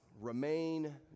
remain